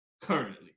currently